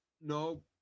no